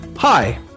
Hi